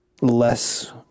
less